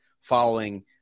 following